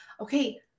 okay